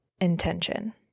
intention